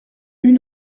une